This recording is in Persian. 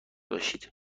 باشید